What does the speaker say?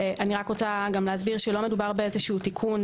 שלא מדובר בתיקון,